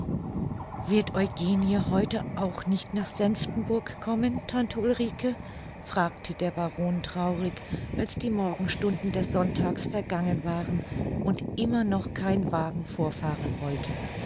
wird eugenie heute auch nicht nach senftenburg kommen tante ulrike fragte der baron traurig als die morgenstunden des sonntags vergangen waren und immer noch kein wagen vorfahren wollte